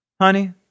Honey